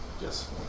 Yes